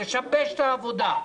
לשבש את העבודה.